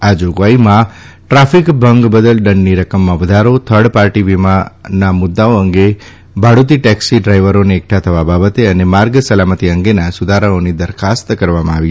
આ જાગવાઈઓમાં ટ્રાફીક ભંગ બદલ દંડની રકમમાં વધારો થર્ડ પાર્ટી વીમાના મુદૃઓ અંગે ભાડુતી ટેક્ષી ડ્રાઈવરોને એકઠા થવા બાબતે અને માર્ગ સલામતી અંગેના સુધારાઓની દરખાસ્ત કરવામાં આવી છે